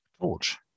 Torch